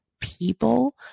people